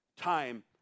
Time